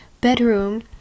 bedroom